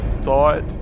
thought